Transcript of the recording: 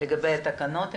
לגבי התקנות.